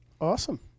Awesome